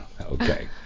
Okay